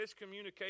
miscommunication